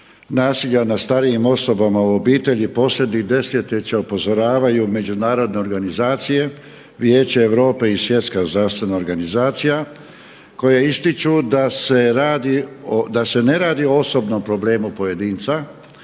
nasilja nad starijim osobama u obitelji posljednjih desetljeća upozoravaju međunarodne organizacije, Vijeće Europe i Svjetska zdravstvena organizacija koje ističu da se radi, da se ne radi o osobnom problemu pojedinca